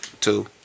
Two